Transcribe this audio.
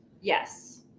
Yes